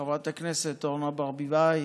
חברת הכנסת אורנה ברביבאי,